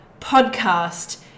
podcast